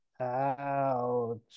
Ouch